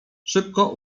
szybko